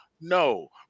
No